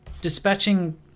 dispatching